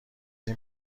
این